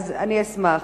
אני אשמח.